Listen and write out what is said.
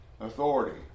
authority